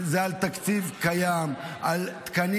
זה על תקציב קיים, על תקנים